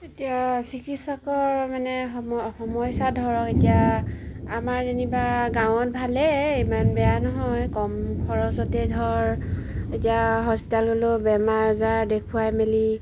এতিয়া চিকিৎসকৰ মানে সম সমস্যা ধৰক এতিয়া আমাৰ যেনিবা গাঁৱত ভালেই ইমান বেয়া নহয় কম খৰচতে ধৰ এতিয়া হস্পিটেললৈ বেমাৰ আজাৰ দেখুৱাই মেলি